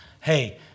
hey